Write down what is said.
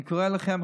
אני קורא לכם,